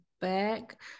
back